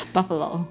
Buffalo